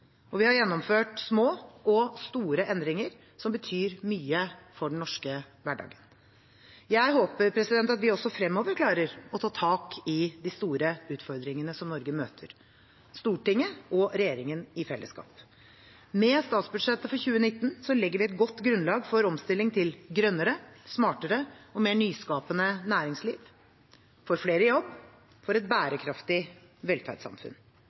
og vi har gjennomført små og store endringer som betyr mye for den norske hverdagen. Jeg håper at vi også fremover klarer å ta tak i de store utfordringene som Norge møter, Stortinget og regjeringen i fellesskap. Med statsbudsjettet for 2019 legger vi et godt grunnlag for omstilling til grønnere, smartere og mer nyskapende næringsliv, for flere i jobb, for et bærekraftig velferdssamfunn,